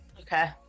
Okay